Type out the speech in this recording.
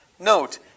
Note